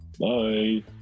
Bye